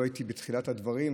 לא הייתי בתחילת הדברים,